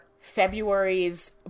February's